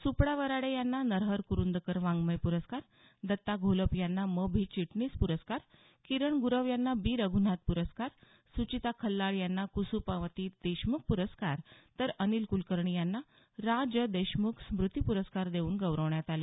सुपडा वराडे यांना नरहर कुरुंदकर वाङमय पुरस्कार दत्ता घोलप यांना म भि चिटणीस प्रस्कार किरण गुरव यांना बी रघुनाथ पुरस्कार सुचिता खल्लाळ यांना कुसुमावती देशमुख पुरस्कार तर अनिल कुलकर्णी यांना रा ज देशमुख स्मृती पुरस्कार देऊन गौरवण्यात आलं